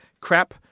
crap